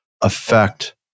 affect